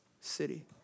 city